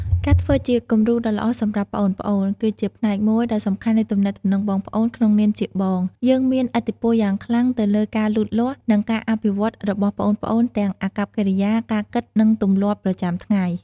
ការធ្វើជាគំរូដ៏ល្អសម្រាប់ប្អូនៗ គឺជាផ្នែកមួយដ៏សំខាន់នៃទំនាក់ទំនងបងប្អូន ក្នុងនាមជាបង យើងមានឥទ្ធិពលយ៉ាងខ្លាំងទៅលើការលូតលាស់ និងការអភិវឌ្ឍរបស់ប្អូនៗ ទាំងអាកប្បកិរិយា ការគិត និងទម្លាប់ប្រចាំថ្ងៃ ។